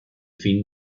fin